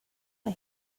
mae